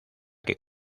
que